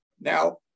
Now